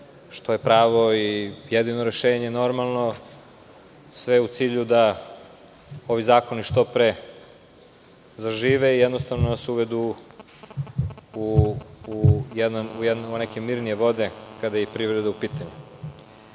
što je pravo i jedino rešenje, normalno, sve u cilju da ovi zakoni što pre zažive i jednostavno da se uvedu u neke mirnije vode, kada je i privreda u pitanju. Ja